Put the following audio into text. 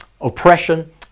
oppression